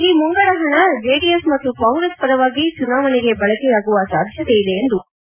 ಈ ಮುಂಗದ ಹಣ ಜೆಡಿಎಸ್ ಮತ್ತು ಕಾಂಗ್ರೆಸ್ ಪರವಾಗಿ ಚುನಾವಣೆಗೆ ಬಳಕೆಯಾಗುವ ಸಾಧ್ಯತೆ ಇದೆ ಎಂದು ಆರೋಪಿಸಿದರು